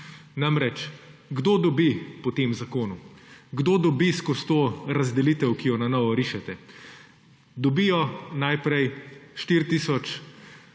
Namreč, kdo dobi po tem zakonu? Kdo dobi skozi to razdelitev, ki jo na novo rišete? Dobijo najprej 4 tisoč